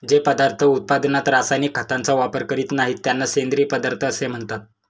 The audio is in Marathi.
जे पदार्थ उत्पादनात रासायनिक खतांचा वापर करीत नाहीत, त्यांना सेंद्रिय पदार्थ असे म्हणतात